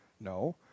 No